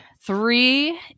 three